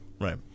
Right